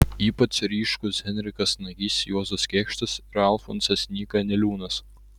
ypač ryškūs henrikas nagys juozas kėkštas ir alfonsas nyka niliūnas